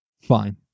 Fine